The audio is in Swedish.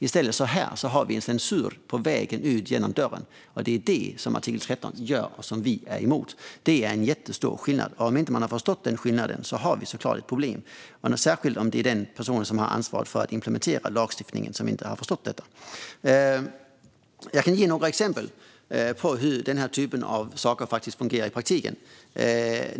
I stället har vi här en censur på vägen ut genom dörren. Det är det som artikel 13 innebär och som vi är emot. Det här är en jättestor skillnad. Om man inte har förstått den skillnaden har vi såklart ett problem, särskilt om det är den person som har ansvar för att implementera lagstiftningen. Jag kan ge några exempel på hur den här typen av saker fungerar i praktiken.